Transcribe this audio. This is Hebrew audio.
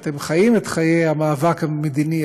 שחיים את חיי המאבק המדיני,